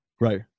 right